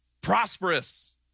prosperous